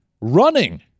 Running